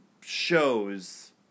Shows